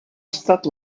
estat